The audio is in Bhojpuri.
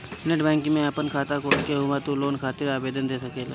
नेट बैंकिंग में आपन खाता खोल के उहवा से तू लोन खातिर आवेदन दे सकेला